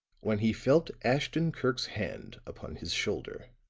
when he felt ashton-kirk's hand upon his shoulder.